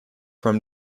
from